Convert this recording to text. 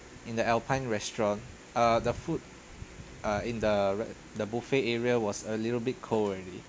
in the alpine restaurant err the food uh in the re~ the buffet area was a little bit cold already